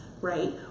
right